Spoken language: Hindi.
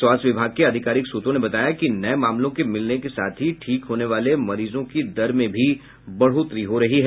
स्वास्थ्य विभाग के आधिकारिक सूत्रों ने बताया कि नये मामलों के मिलने के साथ ही ठीक होने वाले मरीजों की दर में भी बढ़ोतरी हो रही है